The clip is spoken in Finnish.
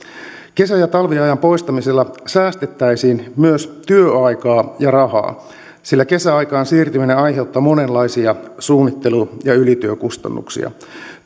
kesä ja talviajan poistamisella säästettäisiin myös työaikaa ja rahaa sillä kesäaikaan siirtyminen aiheuttaa monenlaisia suunnittelu ja ylityökustannuksia